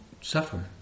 suffer